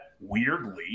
weirdly